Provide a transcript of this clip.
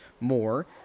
more